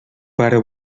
pare